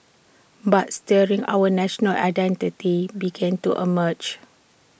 but stirrings our national identity began to emerge